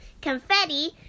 Confetti